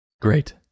Great